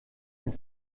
ein